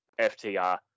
FTR